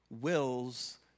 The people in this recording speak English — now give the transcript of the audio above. wills